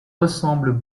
ressemblent